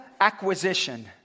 acquisition